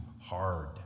hard